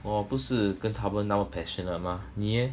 我不是跟他们那么 passionate mah 你 eh